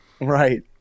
Right